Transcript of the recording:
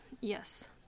Yes